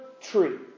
tree